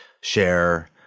share